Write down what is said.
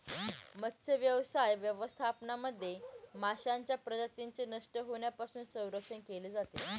मत्स्यव्यवसाय व्यवस्थापनामध्ये माशांच्या प्रजातींचे नष्ट होण्यापासून संरक्षण केले जाते